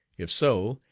if so,